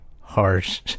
harsh